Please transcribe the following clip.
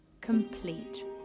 complete